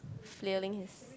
flailing his